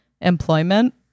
employment